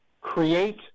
create